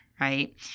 right